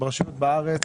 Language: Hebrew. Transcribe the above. ברשויות בארץ,